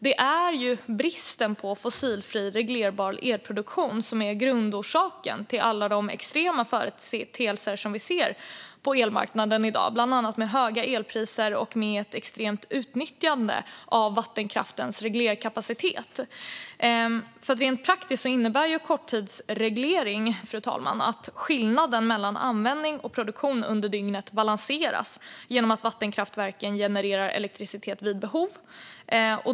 Det är ju bristen på fossilfri och reglerbar elproduktion som är grundorsaken till alla de extrema företeelser som vi ser på elmarknaden i dag, bland annat med höga elpriser och ett extremt utnyttjande av vattenkraftens reglerkapacitet. Rent praktiskt, fru talman, innebär ju korttidsreglering att skillnaden mellan användning och produktion under dygnet balanseras genom att vattenkraftverken genererar elektricitet vid behov.